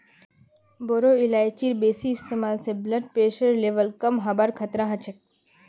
बोरो इलायचीर बेसी इस्तमाल स ब्लड प्रेशरेर लेवल कम हबार खतरा ह छेक